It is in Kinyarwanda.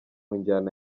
njyana